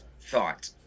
thought